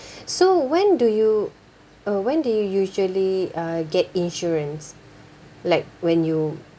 so when do you uh when do you usually uh get insurance like when you